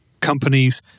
companies